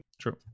True